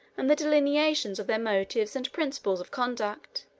and the delineations of their motives and principles of conduct,